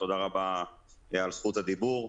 תודה רבה על זכות הדיבור.